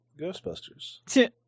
ghostbusters